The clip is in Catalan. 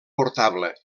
portable